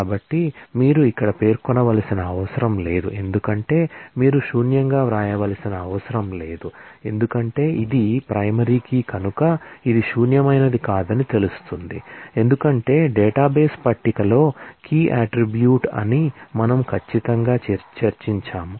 కాబట్టి మీరు ఇక్కడ పేర్కొనవలసిన అవసరం లేదు ఎందుకంటే మీరు శూన్యంగా వ్రాయవలసిన అవసరం లేదు ఎందుకంటే ఇది ప్రైమరీ కీ కనుక ఇది శూన్యమైనది కాదని తెలుస్తుంది ఎందుకంటే డేటాబేస్ పట్టికలో కీ అట్ట్రిబ్యూట్ అని మనము ఖచ్చితంగా చర్చించాము